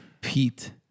Pete